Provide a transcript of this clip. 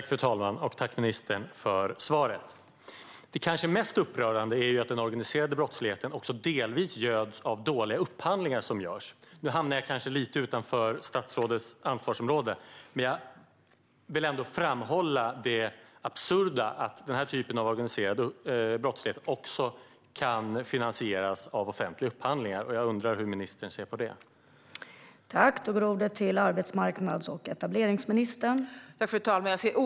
Fru talman! Tack, ministern, för svaret! Det kanske mest upprörande är att den organiserade brottsligheten också delvis göds av dåliga upphandlingar som görs. Nu hamnar jag kanske lite utanför statsrådets ansvarsområde, men jag vill ändå framhålla det absurda i att den organiserade brottsligheten också kan finansieras av offentliga upphandlingar. Jag undrar hur ministern ser på detta.